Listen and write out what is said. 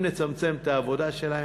אם נצמצם את העבודה שלהם,